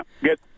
good